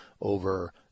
over